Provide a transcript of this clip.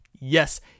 yes